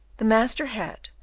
the master had,